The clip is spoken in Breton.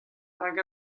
hag